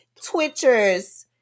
Twitchers